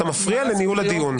אתה מפריע לניהול הדיון.